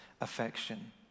affection